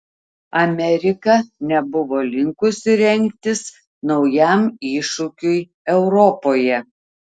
amerika nebuvo linkusi rengtis naujam iššūkiui europoje